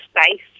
space